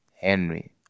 Henry